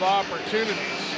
opportunities